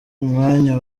mwanya